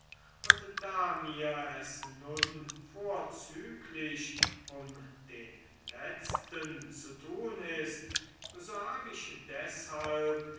und da mir es nun vorzüglich um den letzten zu tun ist so hab ich deshalb